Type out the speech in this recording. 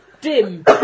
Dim